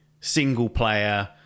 single-player